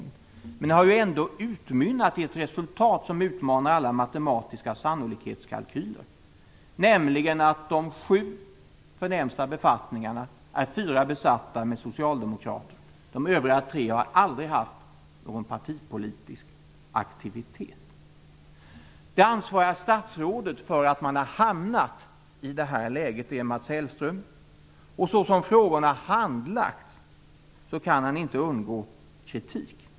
Det hela har utmynnat i ett resultat som utmanar alla sannolikhetskalkyler, nämligen att av de sju förnämsta befattningarna är fyra besatta med socialdemokrater, de övriga tre befattningshavarna har aldrig haft någon partipolitisk aktivitet. Det ansvariga statsrådet för att man har hamnat i det här läget är Mats Hellström. Så som frågorna har handlagts kan han inte undgå kritik.